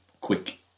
quick